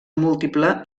múltiple